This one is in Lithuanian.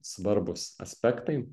svarbūs aspektai